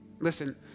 Listen